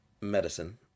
medicine